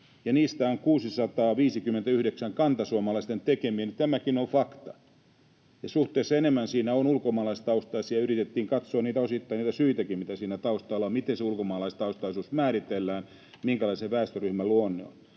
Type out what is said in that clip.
ja niistä on 659 kantasuomalaisten tekemiä, niin tämäkin on fakta, ja suhteessa enemmän siinä on ulkomaalaistaustaisia. Yritettiin katsoa osittain niitä syitäkin, mitä siinä taustalla on, miten se ulkomaalaistaustaisuus määritellään, minkälainen sen väestöryhmän luonne on.